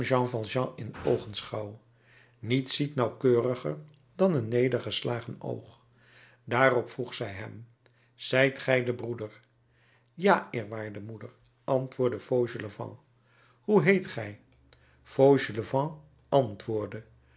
in oogenschouw niets ziet nauwkeuriger dan een nedergeslagen oog daarop vroeg zij hem zijt gij de broeder ja eerwaardige moeder antwoordde fauchelevent hoe heet gij fauchelevent antwoordde